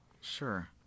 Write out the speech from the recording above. Sure